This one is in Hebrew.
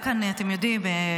אתם יודעים,